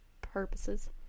purposes